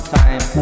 time